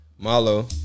Malo